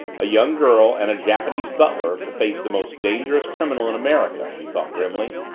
a young girl, and a japanese butler to face the most dangerous criminal in america, she thought grimly.